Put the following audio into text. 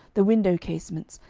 the window-casements,